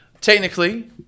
Technically